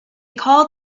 called